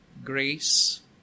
Grace